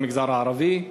במגזר הערבי.